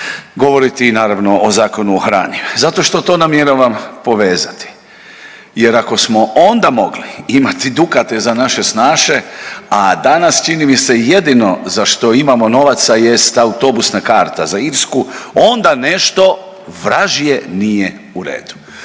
Govoriti naravno o Zakonu o hrani zato što to namjeravam povezati. Jer ako smo onda mogli imati dukate za naše snaše, a danas čini mi se jedino za što imamo novaca jest autobusna karta za Irsku onda nešto vražje nije u redu.